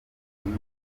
bimwe